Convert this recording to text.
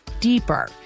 deeper